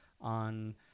on